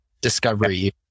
discovery